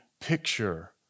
picture